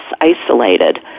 isolated